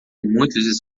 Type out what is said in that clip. muitos